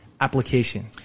application